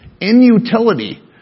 inutility